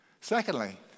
Secondly